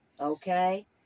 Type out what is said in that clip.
Okay